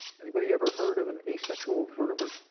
anybody ever heard of an asexual vertebrate?